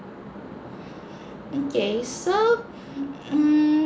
okay so mm